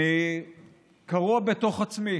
אני קרוע בתוך עצמי.